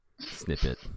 snippet